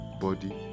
body